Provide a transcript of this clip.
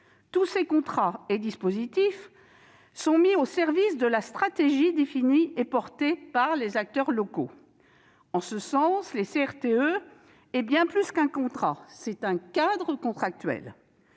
Tous ces contrats et dispositifs sont mis au service de la stratégie définie et portée par les acteurs locaux. En ce sens, le CRTE est bien plus qu'un contrat : c'est un cadre contractuel.